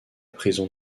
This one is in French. prison